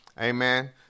Amen